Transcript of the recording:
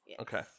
Okay